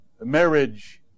marriage